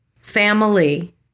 family